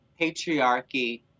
patriarchy